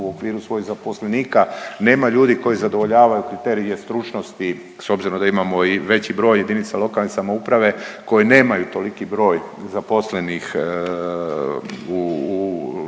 u okviru svojih zaposlenika nema ljudi koji zadovoljavaju kriterije stručnosti, s obzirom da imamo i veći broj jedinica lokalne samouprave koje nemaju toliki broj zaposlenih u